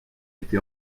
été